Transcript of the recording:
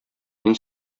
мин